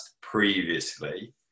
previously